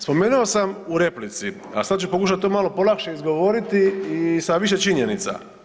Spomenuo sam u replici, a sad ću pokušati to malo polakše izgovoriti i sa više činjenica.